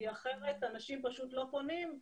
כי אחרת אנשים לא פונים.